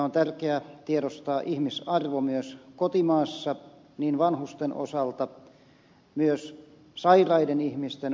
on tärkeää tiedostaa ihmisarvo myös kotimaassa niin vanhusten osalta kuin myös sairaiden ihmisten osalta